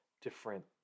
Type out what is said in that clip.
different